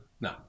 No